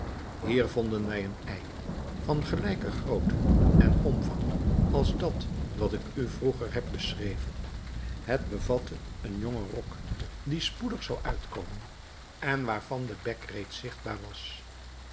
hier vonden wij een ei van gelijke grootte en omvang als dat wat ik u vroeger heb beschreven het bevatte een jonge rok die spoedig zou uitkomen en waarvan de bek reeds zigtbaar was